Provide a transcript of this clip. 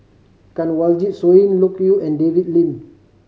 Kanwaljit Soin Loke Yew and David Lim